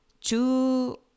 two